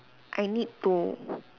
I need to